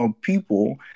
people